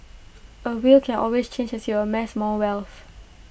A will can always change as you amass more wealth